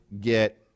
get